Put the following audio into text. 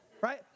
right